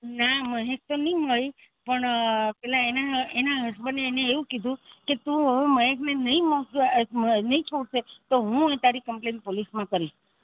ના મહેક તો નહીં મળી પણ પેલા એના એના હસબન્ડે એને એવું કીધું કે તું હવે મહેકને નહીં મોકલે નઈ છોડશે તો હું તારી કમ્પ્લેઈન પોલીસમાં કરીશ